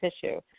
tissue